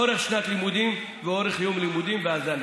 אורך שנת לימודים ואורך יום לימודים בהזנה.